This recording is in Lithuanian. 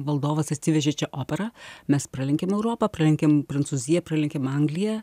valdovas atsivežė čia operą mes pralenkėm europą pralenkėm prancūziją pralenkėm angliją